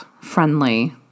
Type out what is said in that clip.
friendly